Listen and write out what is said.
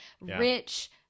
rich